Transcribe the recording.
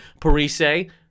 Parise